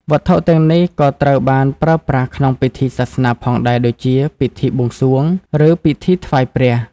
វត្ថុទាំងនេះក៏ត្រូវបានប្រើប្រាស់ក្នុងពិធីសាសនាផងដែរដូចជា ពិធីបួងសួង ឬពិធីថ្វាយព្រះ។